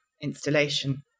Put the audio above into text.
installation